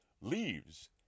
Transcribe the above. leaves